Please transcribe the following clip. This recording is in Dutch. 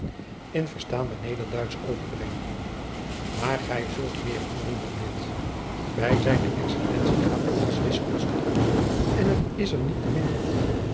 nederduitsch overbreng maar gij zult meer hooren dan dit bij zijne excellentie gaat alles wiskunstig toe en het is er niet te minder om